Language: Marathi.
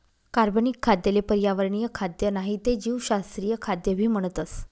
कार्बनिक खाद्य ले पर्यावरणीय खाद्य नाही ते जीवशास्त्रीय खाद्य भी म्हणतस